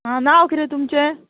आं नांव किदें तुमचें